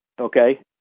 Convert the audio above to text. okay